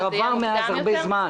אבל כבר עבר הרבה זמן.